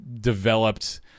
developed